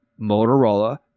Motorola